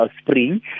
spring